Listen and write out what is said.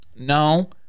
No